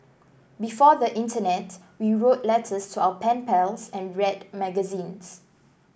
before the internet we wrote letters to our pen pals and read magazines